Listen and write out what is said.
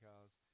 cars